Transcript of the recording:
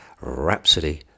Rhapsody